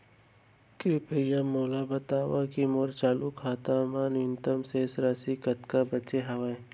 कृपया मोला बतावव की मोर चालू खाता मा न्यूनतम शेष राशि कतका बाचे हवे